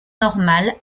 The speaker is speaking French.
normales